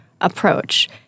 approach